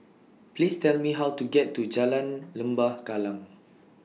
Please Tell Me How to get to Jalan Lembah Kallang